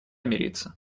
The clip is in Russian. мириться